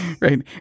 Right